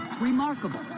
Remarkable